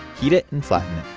heat it and flatten